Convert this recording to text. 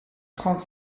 trente